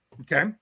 okay